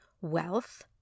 wealth